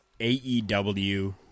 AEW